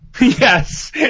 Yes